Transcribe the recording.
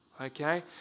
Okay